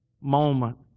moment